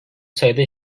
sayıda